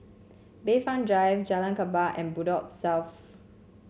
Bayfront Drive Jalan Kapal and Bedok South